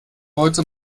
heute